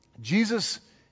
Jesus